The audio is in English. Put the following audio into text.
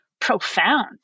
profound